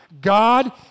God